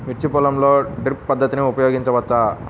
మిర్చి పొలంలో డ్రిప్ పద్ధతిని ఉపయోగించవచ్చా?